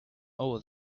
over